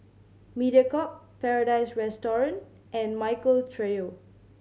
Mediacorp Paradise Restaurant and Michael Trio